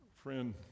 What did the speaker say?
Friend